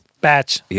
batch